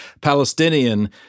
Palestinian